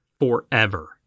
forever